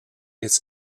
its